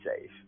safe